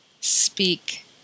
speak